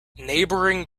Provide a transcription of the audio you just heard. neighboring